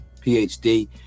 PhD